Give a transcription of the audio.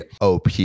OP